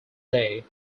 day